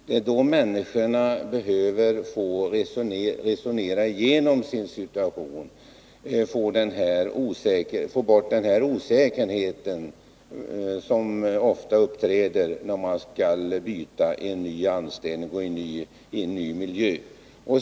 Det är då människorna behöver få resonera igenom sin situation och få bort den osäkerhet som ofta uppträder när man skall börja en ny anställning i en ny miljö.